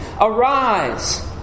arise